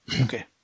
Okay